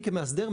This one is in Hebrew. אני כמאסדר,